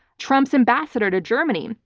trump's ambassador to germany,